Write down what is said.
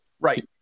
Right